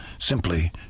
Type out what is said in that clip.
simply